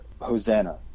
Hosanna